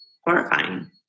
horrifying